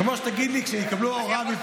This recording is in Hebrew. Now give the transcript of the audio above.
כמו שתגיד לי, כשיקבלו הוראה מפה.